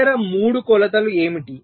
ఇతర 3 కొలతలు ఏమిటి